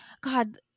God